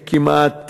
כמעט